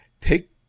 Take